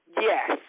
Yes